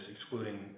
excluding